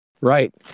Right